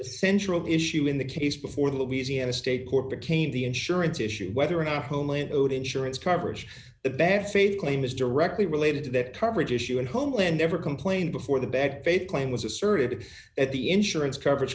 central issue in the case before the museum a state court became the insurance issue whether or not homeland owed insurance coverage a bad faith claim is directly related to that coverage issue and homeland ever complained before the bad faith claim was asserted that the insurance coverage